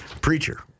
preacher